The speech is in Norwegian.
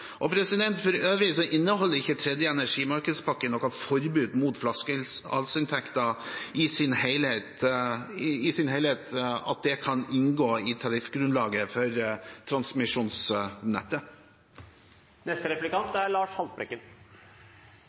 for. For øvrig inneholder ikke tredje energimarkedspakke noe forbud mot at flaskehalsinntekter i sin helhet kan inngå i tariffgrunnlaget for transmisjonsnettet.